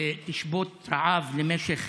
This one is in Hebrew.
תשבות רעב למשך